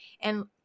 And-